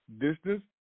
distance